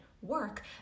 work